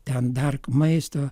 ten dar maisto